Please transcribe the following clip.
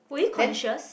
were you conscious